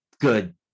good